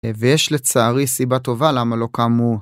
ויש לצערי סיבה טובה למה לא קמו.